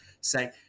say